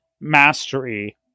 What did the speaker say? mastery